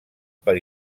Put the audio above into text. per